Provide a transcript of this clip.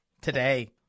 today